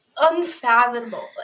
unfathomable